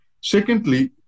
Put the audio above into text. Secondly